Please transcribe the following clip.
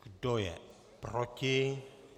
Kdo je proti?